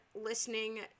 listening